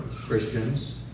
Christians